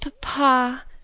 Papa—